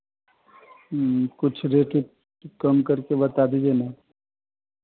कुछ रेट ओट कम करके बता दीजिए ना